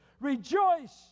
Rejoice